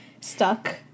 stuck